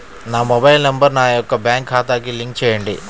నా mobile number నా యొక్క బ్యాంక్ ఖాతాకి లింక్ చేయండీ?